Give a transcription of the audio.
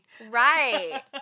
Right